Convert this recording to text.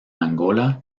angola